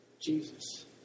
Jesus